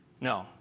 No